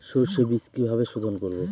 সর্ষে বিজ কিভাবে সোধোন করব?